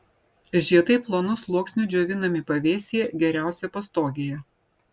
žiedai plonu sluoksniu džiovinami pavėsyje geriausia pastogėje